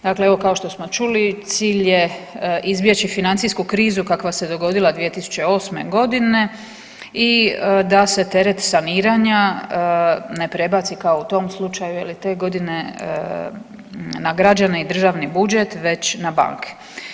Dakle, evo kao što smo čuli cilj je izbjeći financijsku krizu kakva se dogodila 2008.g. i da se teret saniranja ne prebaci kao u tom slučaju je li te godine na građane i državni budžet već na banke.